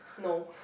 no